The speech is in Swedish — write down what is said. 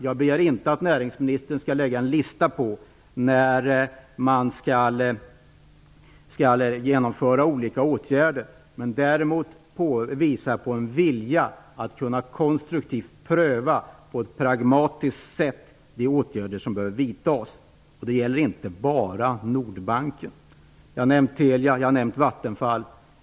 Jag begär inte att näringsministern skall lägga fram en lista över när olika åtgärder skall genomföras men att han skall kunna påvisa en vilja att på ett pragmatiskt sätt konstruktivt pröva de åtgärder som behöver vidtas; det gäller inte bara Nordbanken. Jag har nämnt Telia och Vattenfall.